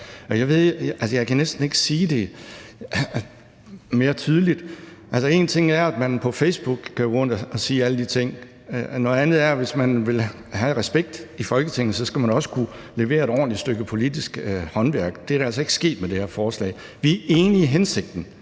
jeg kan næsten ikke sige det mere tydeligt. Én ting er, at man på Facebook kan sige alle de ting, men noget andet er, at man, hvis man vil have respekt i Folketinget, så også skal kunne levere et ordentligt stykke politisk håndværk, og det er altså ikke sket med det her forslag. Vi er enige i hensigten,